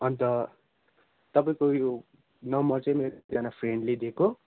अनि त तपाईँको यो नम्बर चाहिँ मेरो एकजना फ्रेन्डले दिएको